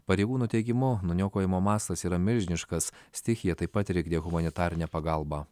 pareigūnų teigimu nuniokojimo mastas yra milžiniškas stichija taip pat trikdė humanitarinę pagalbą